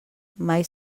mai